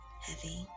heavy